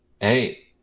hey